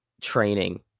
training